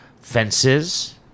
fences